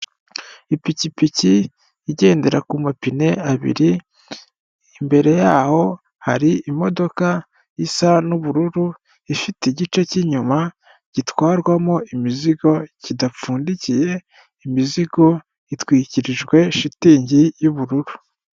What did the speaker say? Ipikipiki igendera ku mapine abiri imbere yaho hari imodoka isa n'ubururu ifite igice cy'inyuma gitwarwamo imizigo kidapfundikiye. Imizigo itwikirijwe shitingi y'ubururu.